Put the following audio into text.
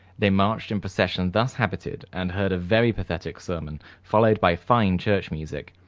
they marched in procession thus habited and heard a very pathetic sermon, followed by fine church music.